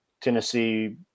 Tennessee